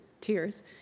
tears